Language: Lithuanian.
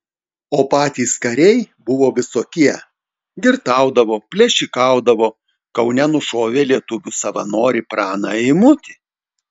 o patys kariai buvo visokie girtaudavo plėšikaudavo kaune nušovė lietuvių savanorį praną eimutį